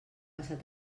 passat